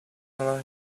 that